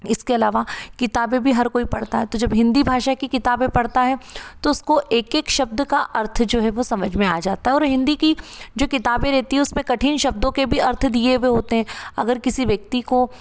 इसके अलावा किताबें भी हर कोई पढ़ता है तो जब हिन्दी भाषा की किताबें पढ़ता है तो उसको एक एक शब्द का अर्थ जो है समझ में आ जाता है और हिन्दी की जो किताबे रहती है उसमें कठिन शब्दों के भी अर्थ दिए हुए होते हैं अगर किसी व्यक्ति को